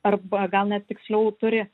arba gal net tiksliau turi